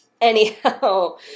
Anyhow